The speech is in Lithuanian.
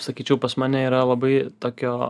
sakyčiau pas mane yra labai tokio